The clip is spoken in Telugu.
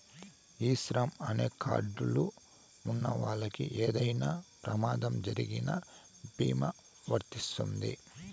ఈ శ్రమ్ అనే కార్డ్ లు ఉన్నవాళ్ళకి ఏమైనా ప్రమాదం జరిగిన భీమా వర్తిస్తుంది